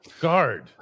guard